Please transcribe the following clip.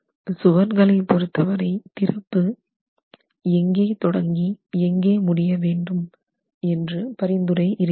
சுவர்களைப் பொறுத்தவரை திறப்பு எங்கே தொடங்கி எங்கே முடியவேண்டும் என்று பரிந்துரை இருக்கிறது